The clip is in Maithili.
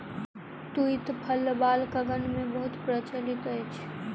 तूईत फल बालकगण मे बहुत प्रचलित अछि